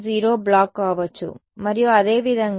వాటిలో ఒకటి 0 బ్లాక్ కావచ్చు మరియు అదే విధంగా